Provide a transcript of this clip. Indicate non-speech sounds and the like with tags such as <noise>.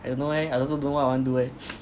I don't know eh I also don't know what I want do eh <breath>